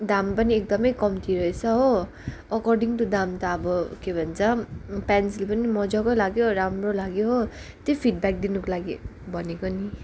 दाम पनि एकदमै कम्ती रहेछ हो अकर्डिङ टु दाम त अब के भन्छ पेन्सिल पनि मजाको लाग्यो राम्रो लाग्यो हो त्यो फिडब्याक दिनु लागि भनेको नि